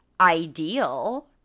ideal